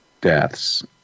deaths